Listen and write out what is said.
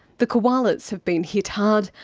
the koalas have been hit hard,